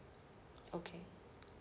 okay